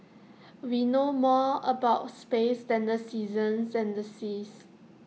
we know more about space than the seasons than the seas